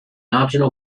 optional